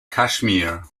kashmir